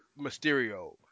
Mysterio